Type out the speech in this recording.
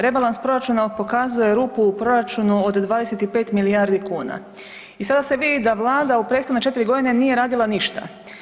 Rebalans proračuna pokazuje rupu u proračunu od 25 milijardi kuna i sada se vidi da Vlada u prethodne četiri godine nije radila ništa.